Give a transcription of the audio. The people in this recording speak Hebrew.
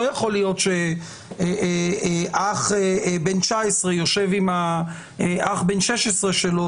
לא יכול להיות שאח בן 19 יושב עם אח בן ה-16 שלו,